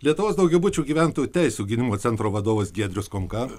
lietuvos daugiabučių gyventojų teisių gynimo centro vadovas giedrius komka